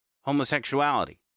homosexuality